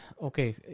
okay